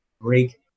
break